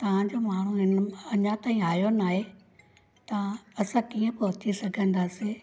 तव्हां जो माण्हू हिन अञां ताईं आयो नाहे तव्हां असां कीअं पहुची सघंदासीं